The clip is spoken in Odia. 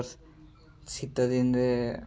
ଶୀତ ଦିନରେ